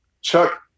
Chuck